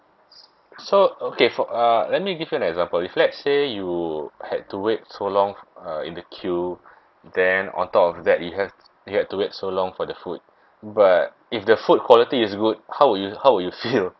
so okay for uh let me give you an example if let's say you had to wait so long uh in the queue then on top of that you have you had to wait so long for the food but if the food quality is good how would you how would you feel